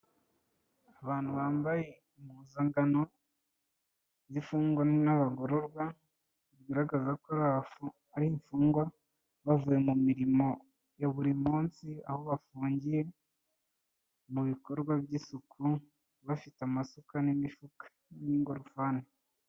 Abantu bambaye impuzangano z'imfungwa n'abagororwa, bigaragaza ko ari imfungwa, bavuye mu mirimo ya buri munsi, aho bafungiye mu bikorwa by'isuku, bafite amasuka n'imifuka n'ingorofani.